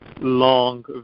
long